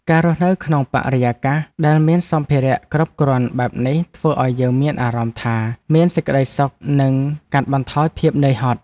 ការរស់នៅក្នុងបរិយាកាសដែលមានសម្ភារៈគ្រប់គ្រាន់បែបនេះធ្វើឱ្យយើងមានអារម្មណ៍ថា មានសេចក្ដីសុខនិងកាត់បន្ថយភាពនឿយហត់។